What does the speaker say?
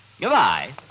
Goodbye